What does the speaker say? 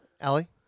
Allie